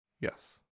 Yes